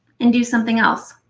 and do something else.